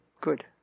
Good